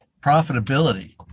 profitability